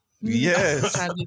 yes